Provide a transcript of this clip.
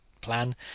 plan